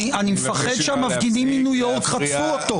אני מפחד שהמפגינים מניו-יורק חטפו אותו.